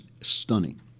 stunning